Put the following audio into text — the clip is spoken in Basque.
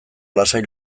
lasai